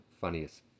funniest